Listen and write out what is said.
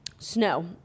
Snow